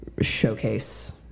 showcase